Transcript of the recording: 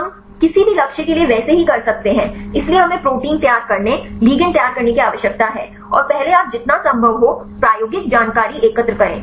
हम किसी भी लक्ष्य के लिए वैसे ही कर सकते हैं इसलिए हमें प्रोटीन तैयार करने लिगंड तैयार करने की आवश्यकता है और पहले आप जितना संभव हो प्रायोगिक जानकारी एकत्र करें